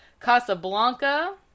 Casablanca